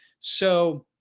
so,